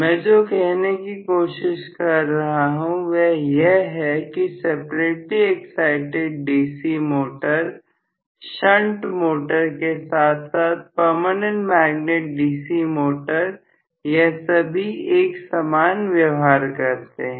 मैं जो कहने की कोशिश कर रहा हूं वह यह है कि separately excited DC motor shunt motor के साथ साथ परमानेंट मैगनेट DC मोटर यह सभी एक समान व्यवहार करते हैं